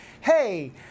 hey